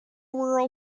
rural